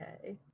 Okay